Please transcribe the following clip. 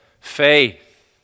faith